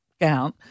gown